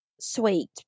sweet